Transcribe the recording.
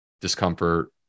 discomfort